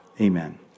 Amen